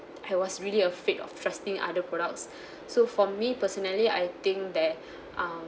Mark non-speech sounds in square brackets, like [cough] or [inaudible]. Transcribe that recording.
I was really afraid of trusting other products [breath] so for me personally I think that uh